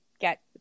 get